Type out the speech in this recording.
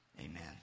Amen